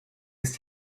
ist